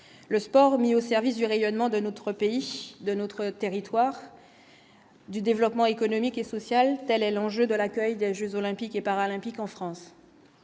le sport mis au service du rayonnement de notre pays de notre territoire, du développement économique et social, telle est l'enjeu de l'accueil de jeux olympiques et paralympiques en France,